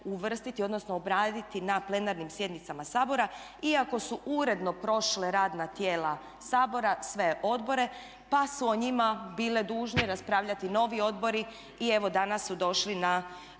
odnosno obraditi na plenarnim sjednicama Sabora iako su uredno prošle radna tijela Sabora, sve odbore, pa su o njima bile dužne raspravljati novi odbori i evo danas su došli na